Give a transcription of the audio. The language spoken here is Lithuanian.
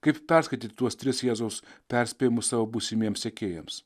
kaip perskaityti tuos tris jėzaus perspėjimus savo būsimiems sekėjams